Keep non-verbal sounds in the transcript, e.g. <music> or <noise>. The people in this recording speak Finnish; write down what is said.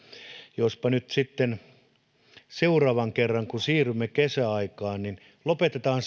jospa nyt sitten sen jälkeen kun seuraavan kerran siirrymme kesäaikaan lopetetaan <unintelligible>